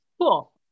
Cool